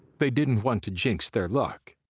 they didn't want to jinx their luck.